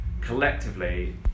collectively